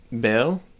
bill